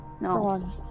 no